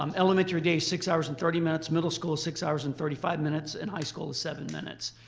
um elementary day, six hours and thirty minutes, middle school six hours and thirty five minutes, and high school is seven minutes.